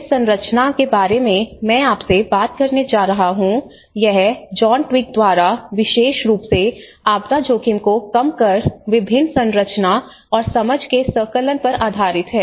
जिस संरचना के बारे में मैं आपसे बात करने जा रहा हूं यह जॉन ट्विग द्वारा विशेष रूप से आपदा जोखिम को कम कर विभिन्न संरचना और समझ के संकलन पर आधारित है